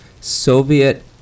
Soviet